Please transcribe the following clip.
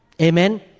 Amen